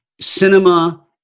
Cinema